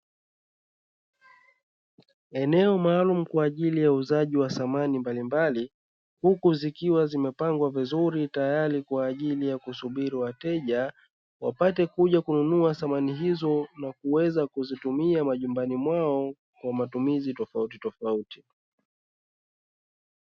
Eneo maalumu kwa ajili ya uuzaji wa samani mbalimbali huku zikiwa zimepangwa vizuri tayari kwa ajili ya kusubiri wateja, wapate kuja kununua samani hizo na kuweza kuzitumia majumbani mwao kwa matumizi tofauti tofauti.